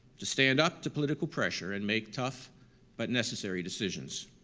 to stand up to political pressure and make tough but necessary decisions.